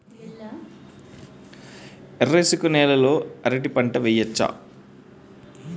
ఎర్ర ఇసుక నేల లో అరటి పంట వెయ్యచ్చా?